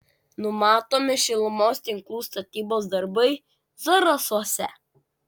numatomi šilumos tinklų statybos darbai zarasuose